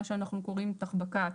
מה שאנחנו קוראים טכבכ"ט,